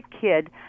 kid